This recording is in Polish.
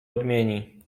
odmieni